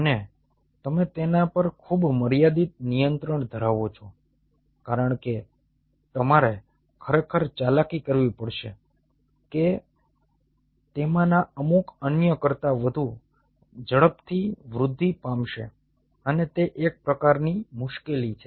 અને તમે તેના પર ખૂબ મર્યાદિત નિયંત્રણ ધરાવો છો કારણ કે તમારે ખરેખર ચાલાકી કરવી પડશે કે તેમાંના અમુક અન્ય કરતા વધુ ઝડપથી વૃદ્ધિ પામશે અને તે એક પ્રકારની મુશ્કેલી છે